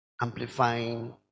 amplifying